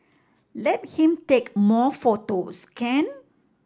let him take more photos can